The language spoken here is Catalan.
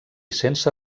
sense